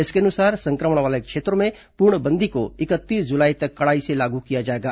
इसके अनुसार संक्रमण वाले क्षेत्रों में पूर्णबंदी को इकतीस जुलाई तक कड़ाई से लागू किया जाएगा